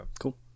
cool